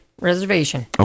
Reservation